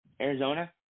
Arizona